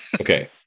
Okay